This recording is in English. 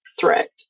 threat